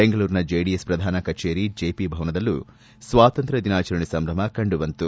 ಬೆಂಗಳೂರಿನ ಜೆಡಿಎಸ್ ಪ್ರಧಾನ ಕಚೇರಿ ಜೆಪಿ ಭವನದಲ್ಲೂ ಸ್ವಾತಂತ್ರ್ಯ ದಿನಾಚರಣೆ ಸಂಭ್ರಮ ಕಂಡು ಬಂತು